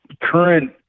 current